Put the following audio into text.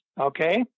Okay